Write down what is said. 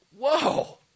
whoa